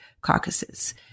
caucuses